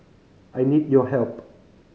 I need your help